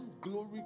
glory